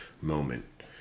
moment